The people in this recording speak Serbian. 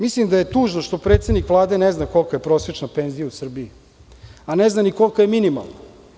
Mislim da je tužno što predsednik Vlade ne zna kolika je prosečna penzija u Srbiji, a ne zna ni kolika je minimalna.